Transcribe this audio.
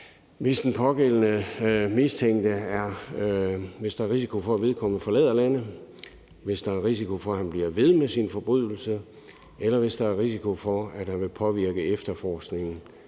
at den pågældende mistænkte forlader landet, hvis der er risiko for, at han bliver ved med sin forbrydelse, eller hvis der er risiko for, at han vil påvirke efterforskningen,